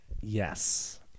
Yes